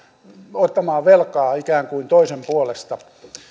ottamaan velkaa ikään kuin toisen puolesta